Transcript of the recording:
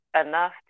enough